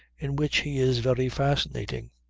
in which he is very fascinating.